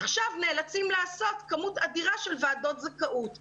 עכשיו נאלצים לעשות כמות אדירה של ועדות זכאות.